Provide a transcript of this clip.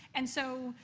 and so,